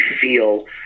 feel